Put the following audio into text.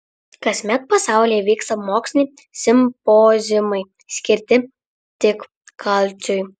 kasmet pasaulyje vyksta moksliniai simpoziumai skirti tik kalciui